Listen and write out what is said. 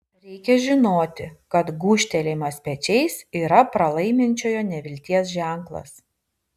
reikia žinoti kad gūžtelėjimas pečiais yra pralaiminčiojo nevilties ženklas